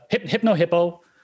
Hypno-Hippo